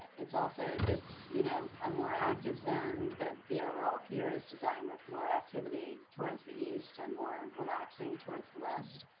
it's also if it's, you know, a more active zone that the overall periods design with more activity towards the east and more relaxing towards the west,